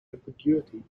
ambiguity